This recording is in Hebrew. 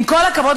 עם כל הכבוד,